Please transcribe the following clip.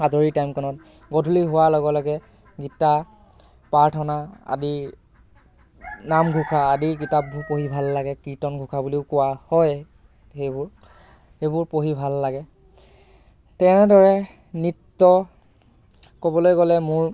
আজৰি টাইমকণত গধূলি হোৱাৰ লগে লগে গীতা প্ৰাৰ্থনা আদি নামঘোষা আদি কিতাপবোৰ পঢ়ি ভাল লাগে কীৰ্তন ঘোষা বুলিও কোৱা হয় সেইবোৰ সেইবোৰ পঢ়ি ভাল লাগে তেনেদৰে নৃত্য ক'বলৈ গ'লে মোৰ